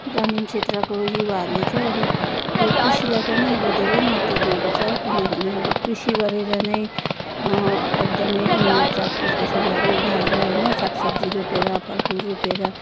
ग्रामिण क्षेत्रको युवाहरले चाहिँ अब यो कृषिलाई पनि अब धेरै महत्त्व दिएको छ किनभने अब कृषि गरेर नै एकदमै उन्नत जातको फसलहरू उगाएर होइन सागसब्जी रोपेर फलफुल रोपेर